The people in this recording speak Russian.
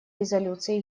резолюции